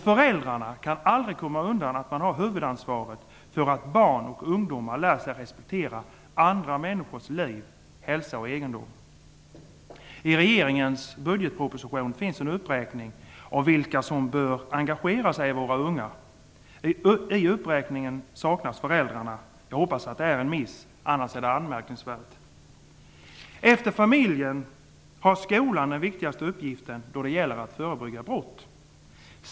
Föräldrarna kan aldrig komma undan att de har huvudansvaret för att barn och ungdomar lär sig respektera andra människors liv, hälsa och egendom. I regeringens budgetproposition finns en uppräkning av vilka som bör engagera sig i våra unga. I uppräkningen saknas föräldrarna. Jag hoppas att det är en miss, annars är det anmärkningsvärt. Efter familjen har skolan den viktigaste uppgiften då det gäller att förebygga brott.